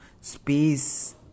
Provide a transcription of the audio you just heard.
Space